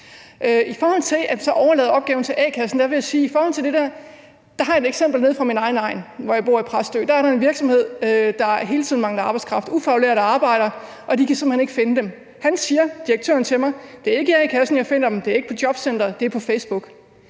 I forhold til at overlade opgaven til a-kassen har jeg et eksempel nede fra min egen egn, jeg bor i Præstø. Der er der en virksomhed, der hele tiden mangler arbejdskraft, ufaglærte arbejdere, og de kan simpelt hen ikke finde dem. Direktøren siger til mig, at det ikke er i a-kassen eller på jobcenteret, han finder dem; det er på Facebook.